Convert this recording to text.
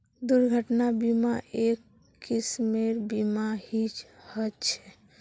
दुर्घटना बीमा, एक किस्मेर बीमा ही ह छे